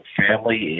family